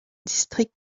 district